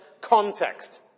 context